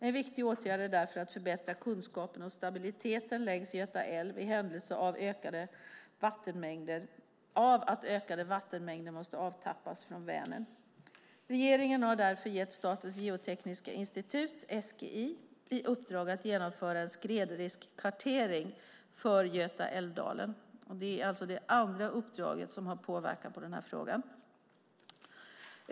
En viktig åtgärd är därför att förbättra kunskapen om stabiliteten längs Göta älv i händelse av att ökade vattenmängder måste avtappas från Vänern. Regeringen har därför gett Statens geotekniska institut i uppdrag att genomföra en skredriskkartering för Götaälvdalen. Det är alltså det andra uppdrag som har påverkan på den här frågan.